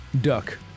duck